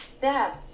Dad